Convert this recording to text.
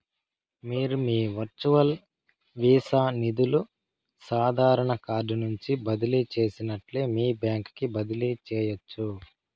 మీరు మీ virtual visa నిదులు సాదారన కార్డు నుంచి బదిలీ చేసినట్లే మీ బాంక్ కి బదిలీ చేయచ్చు